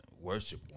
worship